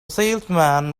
salesman